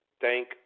thank